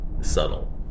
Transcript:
subtle